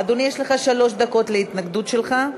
אדוני, יש לך שלוש דקות להתנגדות שלך.